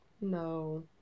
No